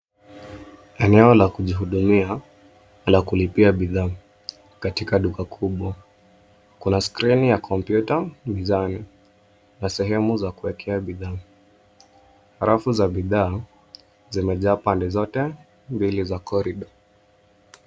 Eneo la kujihudumia la kulipia bidhaa, katika duka kubwa. Kuna skirini ya kompyuta gizani, na sehemu za kuekea bidhaa. Rafu za bidhaa zimejaa pande zote mbili za koridoo.